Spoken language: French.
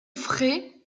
frais